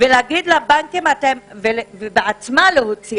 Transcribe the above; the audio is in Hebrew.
בין הממשלה לבין ועד ראשי